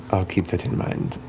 i'll keep that in mind.